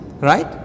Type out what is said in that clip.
Right